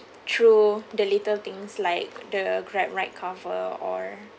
through the little things like the Grab ride cover or